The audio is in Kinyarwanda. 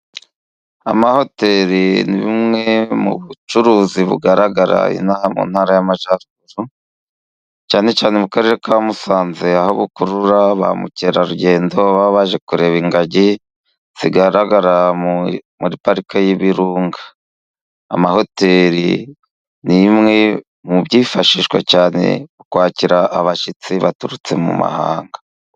Amahoteli ni bumwe mu bucuruzi bugaragara inaha mu Ntara y'Amajyaguru, cyane cyane mu Karere ka Musanze, aho bukurura ba mukerarugendo baba baje kureba ingagi zigaragara muri pariki y'ibirunga. Amahoteli ni bimwe mu byifashishwa cyane mu kwakira abashyitsi baturutse mu mahanga.